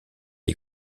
est